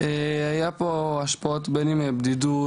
היו פה השפעות בין אם בדידות,